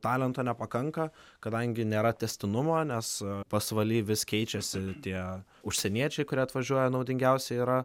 talento nepakanka kadangi nėra tęstinumo nes pasvaly vis keičiasi tie užsieniečiai kurie atvažiuoja naudingiausi yra